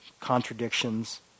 contradictions